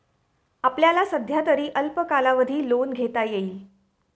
आपल्याला सध्यातरी अल्प कालावधी लोन घेता येईल